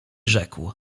rzekł